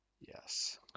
Yes